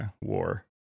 war